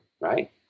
right